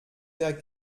der